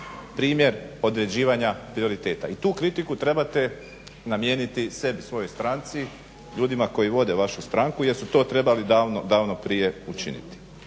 primjer određivanja prioriteta i tu kritiku trebate namijeniti sebi, svojoj stranci, ljudima koji vode vašu stranku jer su to trebali davno prije učiniti.